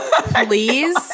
Please